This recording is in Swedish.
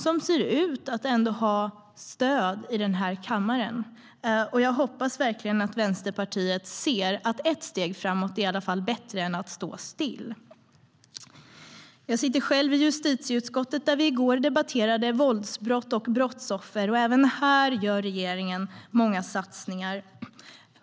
Den ser ut att ha stöd i kammaren, och jag hoppas verkligen att Vänsterpartiet ser att ett steg framåt i alla fall är bättre än att stå still. Jag sitter i justitieutskottet, där vi i går debatterade våldsbrott och brottsoffer. Även här gör regeringen många satsningar.